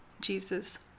Jesus